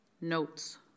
notes